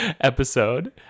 episode